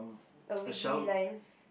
a wiggly line